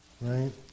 right